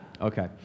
Okay